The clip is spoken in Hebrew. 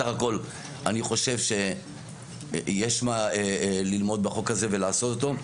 בסך הכול אני חושב שיש ללמוד את החוק הזה ולעשות אותו.